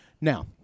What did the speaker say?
Now